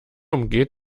umgeht